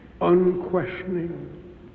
unquestioning